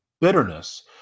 bitterness